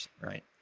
right